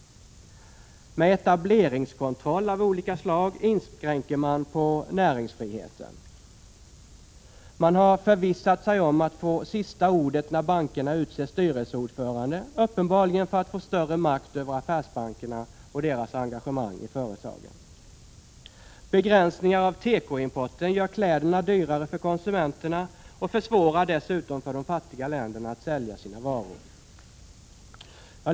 Med etableringskontroll av olika slag inskränker man på näringsfriheten. Man har förvissat sig om att få sista ordet när bankerna utser styrelseordförande, uppenbarligen för att få större makt över affärsbankerna och deras engagemang i företagen. Begränsningar av tekoimporten gör kläderna dyrare för konsumenterna och försvårar dessutom för de fattiga länderna att sälja sina varor.